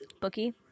bookie